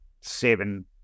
seven